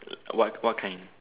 what what kind